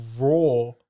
raw